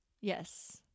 yes